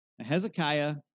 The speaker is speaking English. Hezekiah